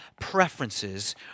preferences